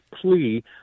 plea